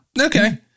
Okay